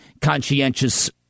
conscientious